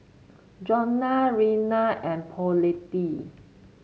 Johnna Reanna and Paulette